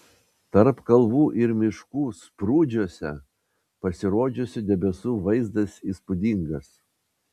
tarp kalvų ir miškų sprūdžiuose pasirodžiusių debesų vaizdas įspūdingas